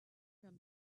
from